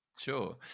Sure